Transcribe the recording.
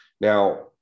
Now